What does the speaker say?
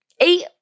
Eight